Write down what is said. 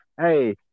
Hey